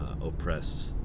oppressed